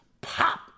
pop